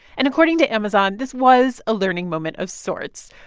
and according to amazon, this was a learning moment of sorts.